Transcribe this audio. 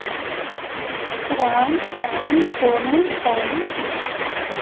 Ram Sham Sonu Kalu Sita